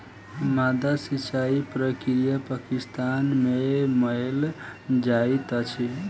माद्दा सिचाई प्रक्रिया पाकिस्तान में कयल जाइत अछि